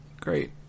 Great